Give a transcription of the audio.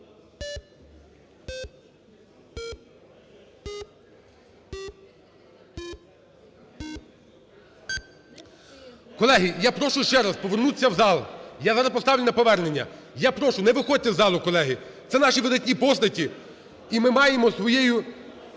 Колеги, я прошу ще раз повернутися в зал. Я зараз поставлю на повернення. Я прошу, не виходьте з залу, колеги. Це наші видатні постаті і ми маємо своїм